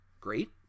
great